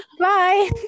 bye